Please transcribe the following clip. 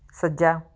ਸੱਜਾ